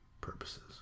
purposes